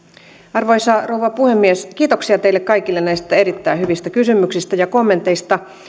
arvoisa rouva puhemies kiitoksia teille kaikille näistä erittäin hyvistä kysymyksistä ja kommenteista